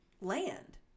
land